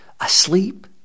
asleep